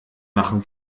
machen